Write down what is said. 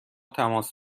تماس